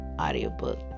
audiobook